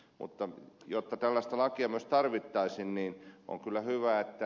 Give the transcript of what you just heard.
mutta jotta tällaista lakia myös tarvittaisiin niin on kyllä hyvä että